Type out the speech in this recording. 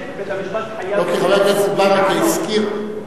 היא מבקשת ובית-המשפט חייב להיענות.